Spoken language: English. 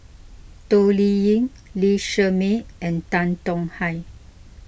Toh Liying Lee Shermay and Tan Tong Hye